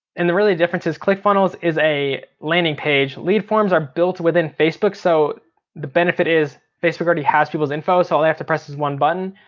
and the really difference is clickfunnels is a landing page, lead forms are built within facebook, so the benefit is facebook already has people's info, so all they have to press is one button.